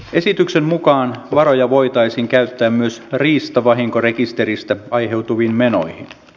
esityksen mukaan varoja voitaisiin käyttää myös riistavahinkorekisteristä aiheutuviin menoihin